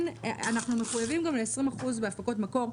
אנחנו מחויבים גם ל-20% בהפקות מקור,